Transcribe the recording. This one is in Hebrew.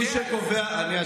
אולי לא שמעת, הוא אמר.